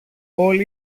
όλοι